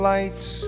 Lights